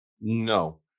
no